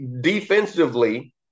defensively